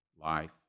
life